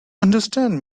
understand